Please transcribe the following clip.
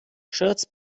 scherz